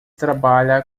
trabalha